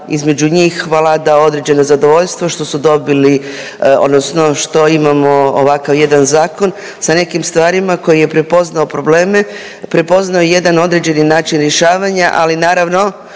vlada određeno zadovoljstvo što su dobili odnosno što imamo ovakav jedan zakon sa nekim stvarima koje je prepoznao probleme, prepoznao je jedan određeni način rješavanja, ali naravno